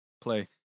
Play